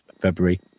February